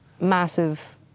massive